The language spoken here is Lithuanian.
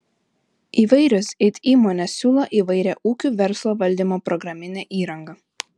įvairios it įmonės siūlo įvairią ūkių verslo valdymo programinę įrangą